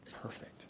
Perfect